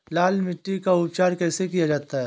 लाल मिट्टी का उपचार कैसे किया जाता है?